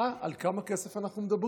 אה, על כמה כסף אנחנו מדברים?